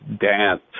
dance